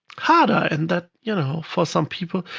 harder. and that, you know for some people,